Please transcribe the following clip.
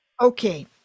okay